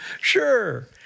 Sure